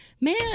man